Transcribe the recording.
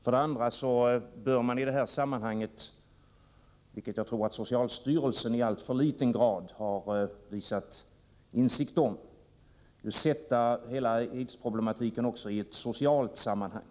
För det andra bör man, vilket jag tycker att socialstyrelsen i alltför liten utsträckning har visat insikt om, sätta hela AIDS-problematiken också i ett socialt sammanhang.